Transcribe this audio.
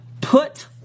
put